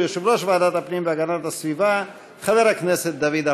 13 בעד, ארבעה מתנגדים, אין